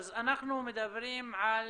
אז אנחנו מדברים על